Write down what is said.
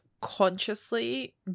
consciously